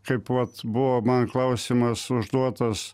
kaip vat buvo man klausimas užduotas